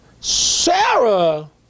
Sarah